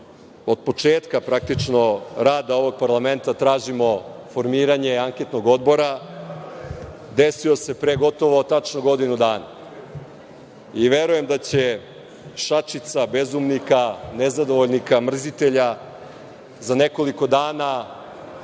od početka praktično rada ovog parlamenta tražimo formiranje anketnog odbora, desio se pre gotovo tačno godinu dana. Verujem, da će šačica bezumnika, nezadovoljnika, mrzitelja, za nekoliko dana